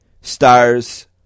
stars